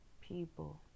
people